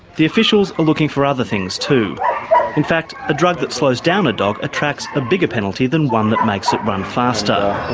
the officials are looking for other things too in fact, a drug that slows down a dog attracts a bigger penalty than one that makes it run faster,